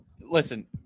listen